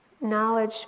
Knowledge